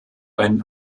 einen